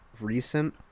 recent